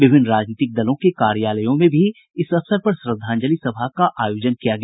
विभिन्न राजनीतिक दलों के कार्यालयों में भी इस अवसर पर श्रद्धाजंलि सभा का आयोजन किया गया